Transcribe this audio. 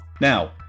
Now